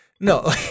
No